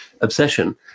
obsession